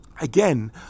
again